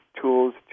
tools